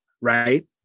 right